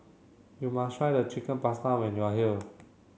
you must try the Chicken Pasta when you are here